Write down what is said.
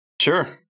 Sure